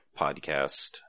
podcast